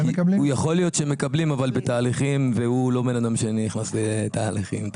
יכול להיות שמקבלים אבל בתהליכים והוא לא בן אדם שנכנס לתהליכים.